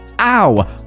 ow